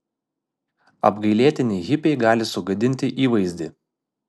apgailėtini hipiai gali sugadinti įvaizdį